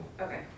Okay